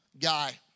guy